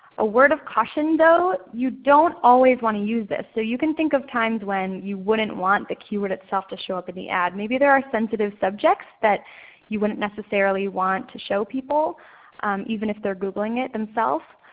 a word of caution though, you don't always want to use this. so you can think of times when you wouldn't want the keyword itself to show up in the ad. maybe there are sensitive subjects that you wouldn't necessarily want to show people even if they're googling it themselves.